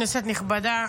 כנסת נכבדה,